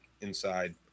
inside